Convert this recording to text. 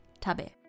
tabe